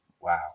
wow